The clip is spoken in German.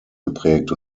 geprägt